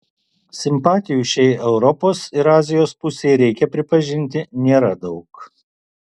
simpatijų šiai europos ir azijos pusei reikia pripažinti nėra daug